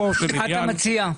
מה אתה מציע?